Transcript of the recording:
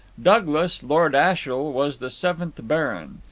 douglas, lord ashiel, was the seventh baron.